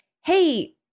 hey